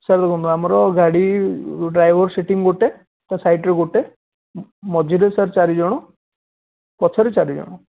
sir ଦେଖନ୍ତୁ ଆମର ଗାଡି ଡ୍ରାଇଭର୍ ସିଟିଙ୍ଗ୍ ଗୋଟେ ତା ସାଇଡ଼୍ରେ ଗୋଟେ ମଝିରେ ସାର୍ ଚାରି ଜଣ ପଛରେ ଚାରି ଜଣ